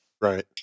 right